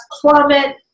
plummet